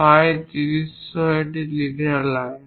phi 30 সহ একটি leader line